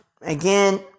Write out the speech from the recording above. again